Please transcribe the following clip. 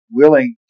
willing